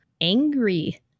angry